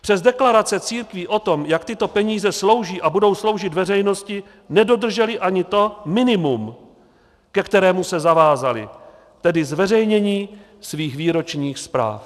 Přes deklarace církví o tom, jak tyto peníze slouží a budou sloužit veřejnosti, nedodržely ani to minimum, ke kterému se zavázaly, tedy zveřejnění svých výročních zpráv.